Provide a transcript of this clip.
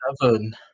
seven